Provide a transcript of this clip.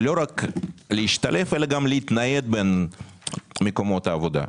ולא רק להשתלב אלא גם להתנייד בין מקומות העבודה.